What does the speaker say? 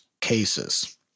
cases